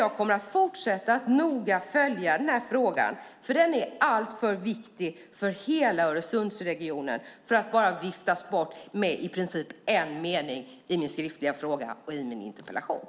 Jag kommer att fortsätta följa denna fråga noga, för den är alltför viktig för hela Öresundsregionen för att bara viftas bort med i princip en mening i min skriftliga fråga och i min interpellation.